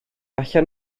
allan